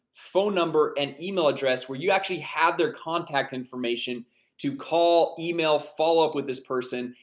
phone number, and email address, where you actually have their contact information to call, email, follow up with this person,